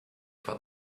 for